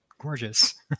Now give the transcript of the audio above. gorgeous